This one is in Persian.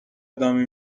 ادامه